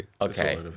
Okay